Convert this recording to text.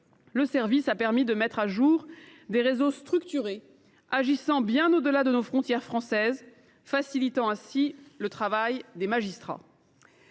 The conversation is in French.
nos services ont permis de mettre au jour des réseaux structurés agissant bien au delà des frontières françaises, ce qui a facilité le travail des magistrats.